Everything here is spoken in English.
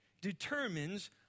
determines